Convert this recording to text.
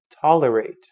tolerate